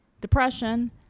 depression